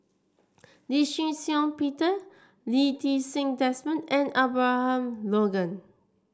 Lee Shih Shiong Peter Lee Ti Seng Desmond and Abraham Logan